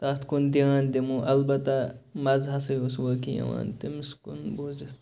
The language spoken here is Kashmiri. تَتھ کُن دھیان دِمَو البتہ مَزٕ ہسا اوس واقعی یِوان تٔمِس کُن بوٗزِتھ